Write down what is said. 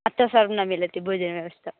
अत्र सर्वं न मिलति भोजनव्यवस्था